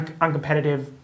uncompetitive